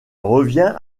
revint